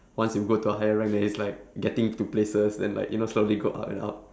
once you to go higher rank then it's like getting into places then like you know slowly to go up and up